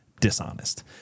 dishonest